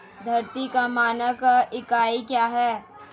धारिता का मानक इकाई क्या है?